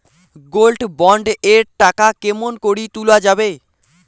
Gold bond এর টাকা কেমন করি তুলা যাবে?